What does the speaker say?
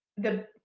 the,